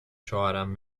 شوهرم